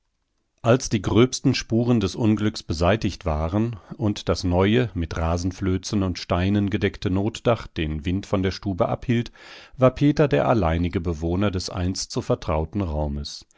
als die gröbsten spuren des unglücks beseitigt waren und das neue mit rasenflözen und steinen gedeckte notdach den wind von der stube abhielt war peter der alleinige bewohner des einst so vertrauten raumes